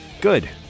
Good